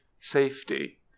safety